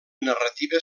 narrativa